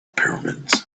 pyramids